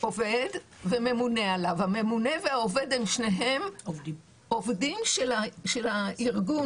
עובד וממונה עליו הממונה והעובד הם שניהם עובדים של הארגון,